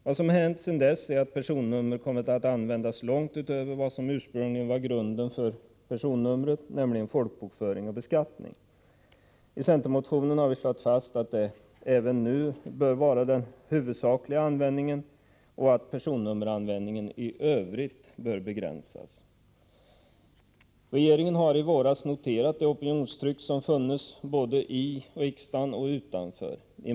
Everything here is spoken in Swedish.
Vad som hänt sedan dess är att personnummer kommit att användas långt utöver vad som ursprungligen var grunden för personnumret, nämligen folkbokföring och beskattning. I centermotionen har vi slagit fast att detta även nu bör vara den huvudsakliga användningen och att personnummeranvändningen i övrigt bör begränsas. Regeringen noterade i våras det opinionstryck som fanns både i riksdagen och utanför denna.